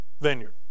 vineyard